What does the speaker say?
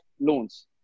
loans